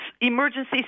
emergency